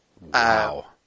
wow